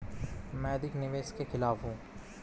मैं अधिक निवेश के खिलाफ हूँ